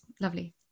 lovely